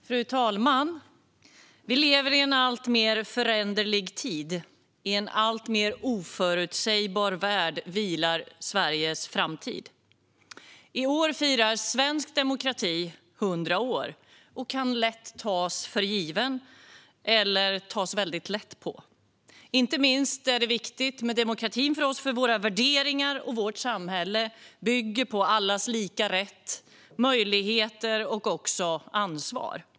Fru talman! Vi lever i en alltmer föränderlig tid. I en alltmer oförutsägbar tid vilar Sveriges framtid. I år firar svensk demokrati 100 år. Den kan lätt tas för given eller tas lätt på. Inte minst är det viktigt med demokratin för oss, för våra värderingar och vårt samhälle bygger på allas lika rätt, möjligheter och ansvar.